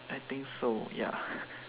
I think so ya